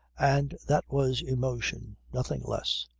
and that was emotion nothing less.